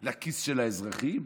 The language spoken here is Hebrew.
לכיס של האזרחים,